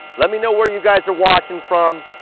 let me know where you guys are watching from.